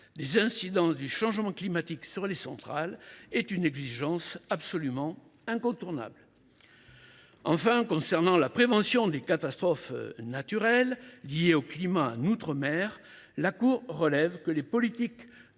des incidences du changement climatique sur les centrales est une exigence incontournable. Enfin, en ce qui concerne la prévention des catastrophes naturelles liées au climat en outre mer, la Cour relève que les politiques